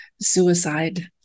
suicide